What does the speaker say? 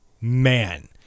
man